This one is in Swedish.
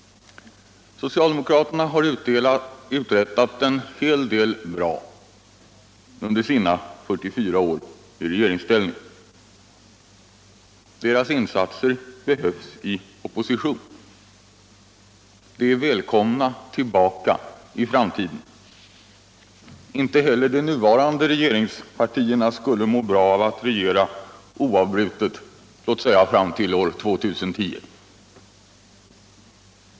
Socialdemokraterna har uträttat en hel del som är bra under sina 44 år i regeringsställning. Deras insatser behövs i opposition. Socialdemokraterna är välkomna tillbaka till makten i framtiden. Inte helier de nuvarande regeringspartierna skulle må bra av att regera oavbrutet, låt oss säga fram till år 2010.